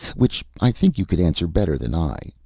which i think you could answer better than i.